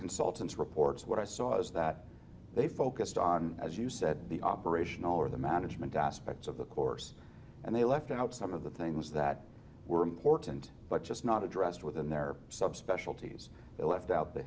consultants reports what i saw was that they focused on as you said the operational or the management aspects of the course and they left out some of the things that were important but just not addressed within their subspecialties they left out the